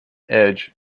edge